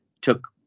took